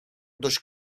dość